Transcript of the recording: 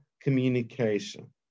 communication